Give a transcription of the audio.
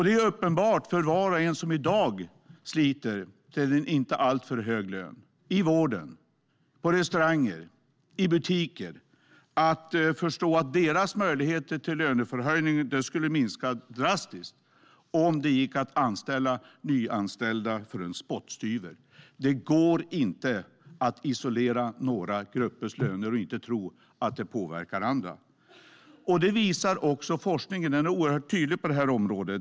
Det är uppenbart för var och en som i dag sliter till en inte alltför hög lön i vården, på restauranger och i butiker att deras möjligheter till löneförhöjning skulle minska drastiskt om det gick att anställa nyanställda för en spottstyver. Det går inte att isolera några gruppers löner och inte tro att det påverkar andra. Det visar också forskningen. Den är oerhört tydlig på området.